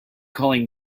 calling